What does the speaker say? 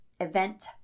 event